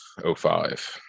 05